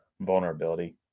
vulnerability